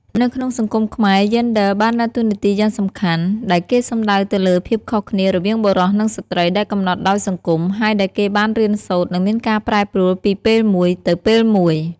នៅក្នុងសង្គមខ្មែរយេនឌ័របានដើរតួរយ៉ាងសំខាន់ ដែលគេសំដៅទៅលើភាពខុសគ្នា រវាងបុរសនិងស្រ្តីដែលកំណត់ដោយសង្គម ហើយដែលគេបានរៀនសូត្រ និងមានការប្រែប្រួលពីពេលមួយទៅពេលមួយ ។